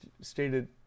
stated